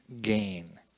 gain